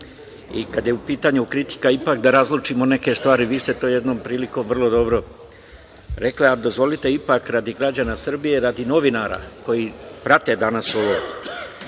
je u pitanju kritika, ipak da razlučimo neke stvari. Vi ste to jednom prilikom vrlo dobro rekli. Dozvolite ipak radi građana Srbije, radi novinara koji prate danas ovo,